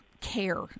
care